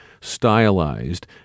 stylized